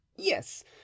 yes